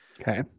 Okay